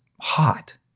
hot